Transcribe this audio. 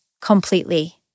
completely